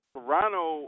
Toronto